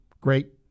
great